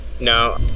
No